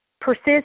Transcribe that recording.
persist